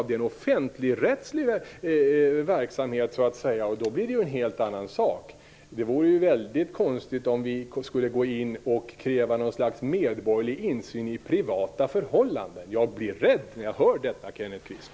Det är en offentligrättslig verksamhet, och då blir det en annan sak. Det vore mycket konstigt om vi skulle gå in och kräva något slags medborgerlig insyn i privata förhållanden. Jag blir rädd när jag hör detta, Kenneth Kvist.